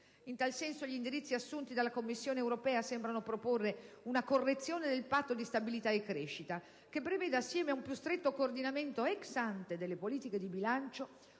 di vista, gli indirizzi assunti dalla Commissione europea sembrano proporre una correzione del Patto di stabilità e crescita che preveda, assieme ad un più stretto coordinamento *ex ante* delle politiche di bilancio,